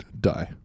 die